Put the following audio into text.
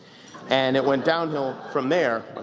and it went downhill from there.